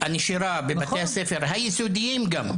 הנשירה בבתי הספר היסודיים גם,